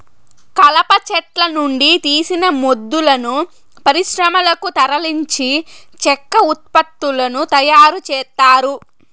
కలప చెట్ల నుండి తీసిన మొద్దులను పరిశ్రమలకు తరలించి చెక్క ఉత్పత్తులను తయారు చేత్తారు